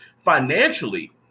financially